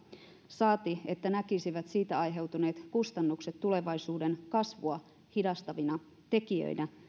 saati että näkisivät siitä aiheutuneet kustannukset tulevaisuuden kasvua hidastavina tekijöinä